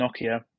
Nokia